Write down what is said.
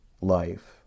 life